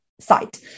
site